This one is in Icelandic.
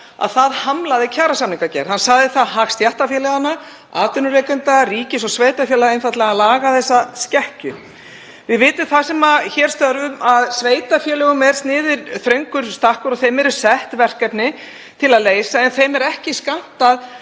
hamlaði kjarasamningagerð. Hann sagði það hag stéttarfélaganna, atvinnurekenda, ríkis og sveitarfélaga einfaldlega að laga þessa skekkju. Við vitum það sem hér störfum að sveitarfélögum er sniðinn þröngur stakkur og þeim eru sett verkefni til að leysa en er ekki skammtað